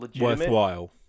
worthwhile